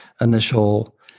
initial